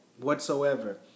Whatsoever